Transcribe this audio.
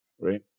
right